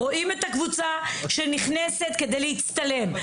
ראו את הקבוצה שנכנסת כדי להצטלם.